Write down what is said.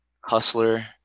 Hustler